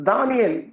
Daniel